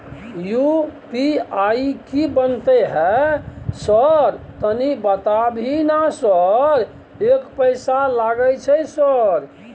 UPI की बनते है सर तनी बता भी ना सर एक पैसा लागे छै सर?